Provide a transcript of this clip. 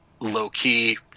low-key